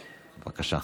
בבקשה.